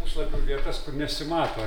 puslapių vietas kur nesimato